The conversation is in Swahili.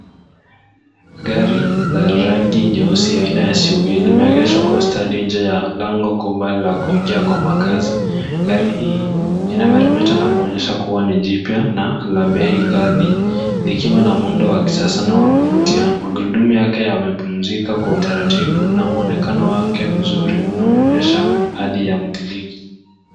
Gari la rangi nyeusi aina ya SUV limeegeshwa kwa ustadi nje ya lango kubwa la kuingia kwa makaazi. Gari hii inameremeta na kuonyesha kuwa ni jipya na la bei ghali, likiwa na muundo wa kisasa na wa kuvutia. Magurudumu yake yamepumzika kwa utaratibu na mwonekano wake mzuri unaonyesha hadi ya mmiliki.